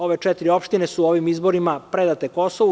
Ove četiri opštine su ovim izborima predate Kosovu.